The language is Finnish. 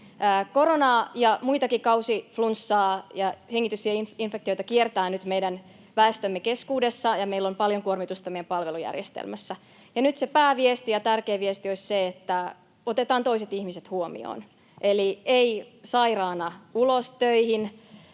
Koronaa, kausiflunssaa ja muitakin hengitystieinfektioita kiertää nyt meidän väestömme keskuudessa, ja meillä on paljon kuormitusta meidän palvelujärjestelmässä. Nyt se pääviesti ja tärkein viesti olisi se, että otetaan toiset ihmiset huomioon. Eli ei sairaana ulos, töihin,